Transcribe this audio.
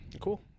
Cool